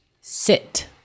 sit